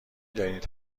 دانید